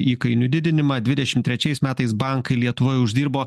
įkainių didinimą dvidešim trečiais metais bankai lietuvoj uždirbo